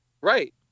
right